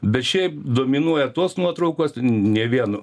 bet šiaip dominuoja tos nuotraukos ne vien